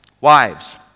Wives